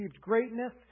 greatness